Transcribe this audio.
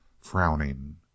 frowning